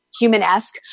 human-esque